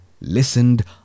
listened